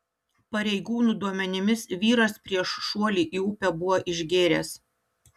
pareigūnų duomenimis vyras prieš šuolį į upę buvo išgėręs